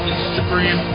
Instagram